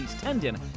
tendon